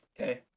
Okay